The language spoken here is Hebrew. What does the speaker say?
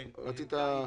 בבקשה.